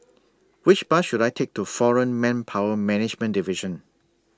Which Bus should I Take to Foreign Manpower Management Division